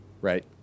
right